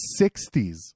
60s